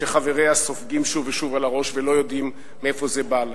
שחבריה סופגים שוב ושוב על הראש ולא יודעים מאיפה זה בא להם,